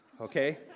okay